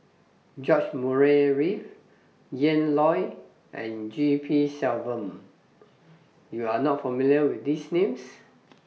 George Murray Reith Ian Loy and G P Selvam YOU Are not familiar with These Names